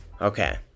Okay